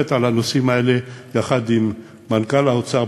על הנושאים האלה יחד עם מנכ"ל האוצר,